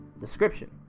Description